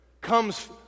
comes